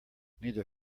neither